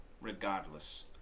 Regardless